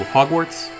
Hogwarts